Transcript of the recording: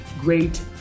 great